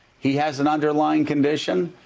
he has an underlying condition.